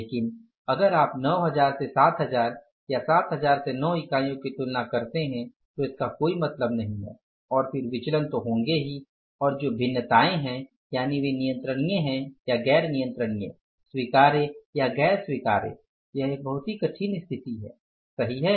लेकिन अगर आप 9000 से 7000 या 7000 से 9000 इकाइयों की तुलना करते हैं तो इसका कोई मतलब नहीं है और फिर विचलन तो होंगे ही और जो भिन्नताएं हैं यानि वे नियंत्रणीय है या गैर नियंत्रणीय स्वीकार्य या गैर स्वीकार्य यह एक बहुत ही कठिन स्थिति है सही है